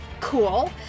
Cool